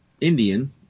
Indian